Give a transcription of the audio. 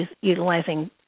utilizing